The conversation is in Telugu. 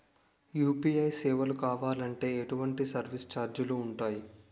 యు.పి.ఐ సేవలను కావాలి అంటే ఎటువంటి సర్విస్ ఛార్జీలు ఉంటాయి?